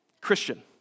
Christian